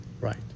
Right